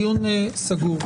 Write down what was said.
הדיון סגור.